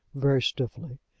very stiffly.